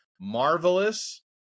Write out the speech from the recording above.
Marvelous